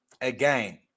again